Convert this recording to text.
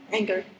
anger